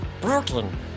Brooklyn